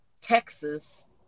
Texas